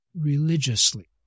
religiously